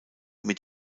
mit